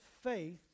faith